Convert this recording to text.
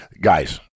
guys